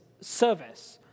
service